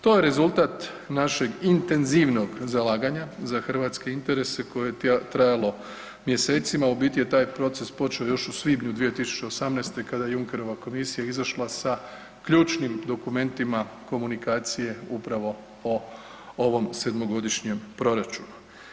To je rezultat našeg intenzivnog zalaganja za hrvatske interese koje je trajalo mjesecima, u biti je taj proces počeo još u svibnju 2018. kada je Junckerova komisija izišla sa ključnim dokumentima komunikacije upravo o ovom sedmogodišnjem proračunu.